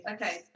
Okay